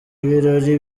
ibirori